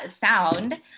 sound